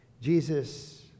Jesus